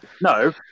No